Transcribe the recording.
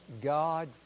God